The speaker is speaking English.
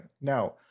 Now